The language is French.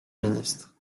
ministre